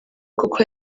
koko